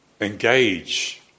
engage